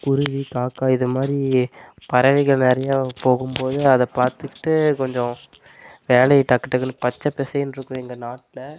குருவி காக்கா இது மாதிரி பறவைகள் நிறையா போகும் போது அதை பார்த்துக்கிட்டு கொஞ்சம் வேலையை டக்கு டக்குனு பச்சை பசேன்னு இருக்கும் எங்கள் நாட்டில்